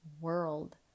world